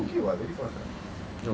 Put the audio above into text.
ya lah